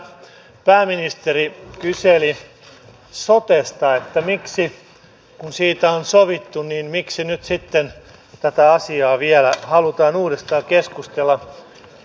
täällä pääministeri kyseli sotesta että miksi kun siitä on sovittu nyt sitten tätä asiaa vielä halutaan uudestaan keskustella